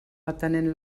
atenent